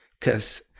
Cause